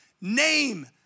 name